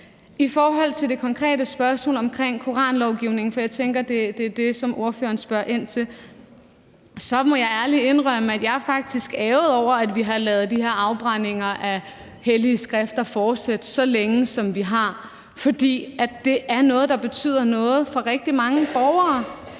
I forhold til det konkrete spørgsmål om koranlovgivningen, for jeg tænker, det er det, som ordføreren spørger ind til, så må jeg ærligt indrømme, at jeg faktisk er ærgerlig over, at vi har ladet de her afbrændinger af hellige skrifter fortsætte så længe, som vi har, fordi det er noget, der betyder noget for rigtig mange borgere.